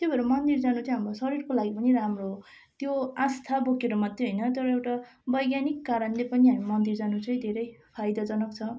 त्यो भएर मन्दिर जानु चाहिँ हाम्रो शरीरको लागि पनि राम्रो हो त्यो आस्था बोकेर मात्रै होइन तर एउटा वैज्ञानिक कारणले पनि हामी मन्दिर जानु चाहिँ धेरै फाइदाजनक छ